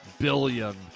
billion